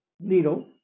needle